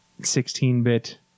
16-bit